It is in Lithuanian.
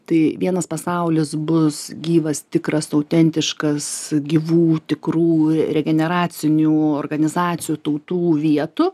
tai vienas pasaulis bus gyvas tikras autentiškas gyvų tikrų regeneracinių organizacijų tautų vietų